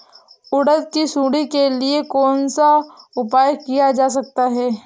उड़द की सुंडी के लिए कौन सा उपाय किया जा सकता है?